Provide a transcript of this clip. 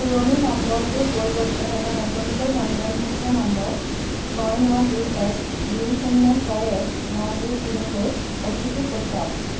পুৰণি নম্বৰটোৰ পৰিৱৰ্তে এটা নতুনকৈ পঞ্জীয়নভুক্ত নম্বৰ ছয় ন দুই এক দুই শূন্য ছয় এক ন দুই তিনি লৈ অ' টি পি পঠিয়াওক